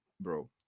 bro